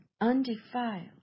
undefiled